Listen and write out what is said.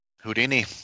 Houdini